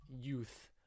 youth